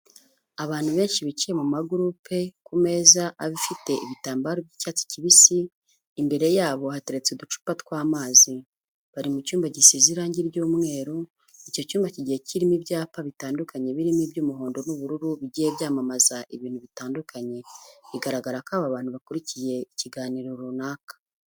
Abantu benshi bicaye mu magurupe, ku meza afite ibitambaro by'icyatsi kibisi, imbere yabo hateretse uducupa tw'amazi. Bari mu cyumba gisize irangi ry'umweru, icyo cyumba kigiye kirimo ibyapa bitandukanye, birimo iby'umuhondo n'ubururu, bigiye byamamaza ibintu bitandukanye, bigaragara ko aba bantu bakurikiye ikiganiro runaka.